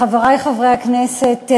חברי חברי הכנסת,